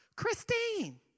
Christine